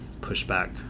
pushback